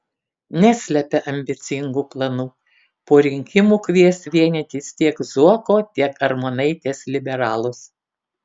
neslepia ambicingų planų po rinkimų kvies vienytis tiek zuoko tiek armonaitės liberalus